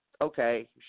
okay